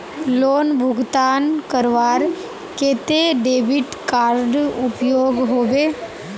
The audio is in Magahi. लोन भुगतान करवार केते डेबिट कार्ड उपयोग होबे?